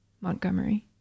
Montgomery